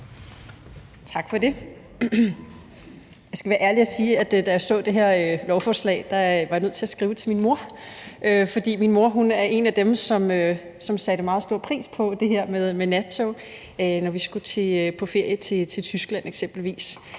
Tak for det. Jeg skal være ærlig og sige, at da jeg så det her lovforslag, var jeg nødt til at skrive til min mor, fordi min mor er en af dem, som satte meget stor pris på det her med nattog, når vi skulle på ferie i Tyskland eksempelvis.